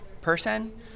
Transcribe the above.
person